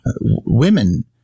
women